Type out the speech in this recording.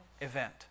event